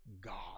God